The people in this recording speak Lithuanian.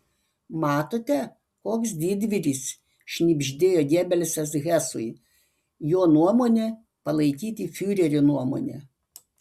matote koks didvyris šnibždėjo gebelsas hesui jo nuomonė palaikyti fiurerio nuomonę